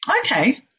okay